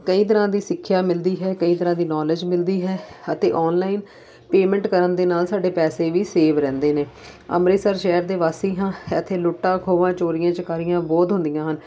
ਕਈ ਤਰ੍ਹਾਂ ਦੀ ਸਿੱਖਿਆ ਮਿਲਦੀ ਹੈ ਕਈ ਤਰ੍ਹਾਂ ਦੀ ਨੌਲੇਜ ਮਿਲਦੀ ਹੈ ਅਤੇ ਔਨਲਾਈਨ ਪੇਮੈਂਟ ਕਰਨ ਦੇ ਨਾਲ ਸਾਡੇ ਪੈਸੇ ਵੀ ਸੇਵ ਰਹਿੰਦੇ ਨੇ ਅੰਮ੍ਰਿਤਸਰ ਸ਼ਹਿਰ ਦੇ ਵਾਸੀ ਹਾਂ ਇੱਥੇ ਲੁੱਟਾਂ ਖੋਹਾਂ ਚੋਰੀਆਂ ਚਕਾਰੀਆਂ ਬਹੁਤ ਹੁੰਦੀਆਂ ਹਨ